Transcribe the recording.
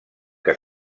què